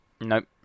Nope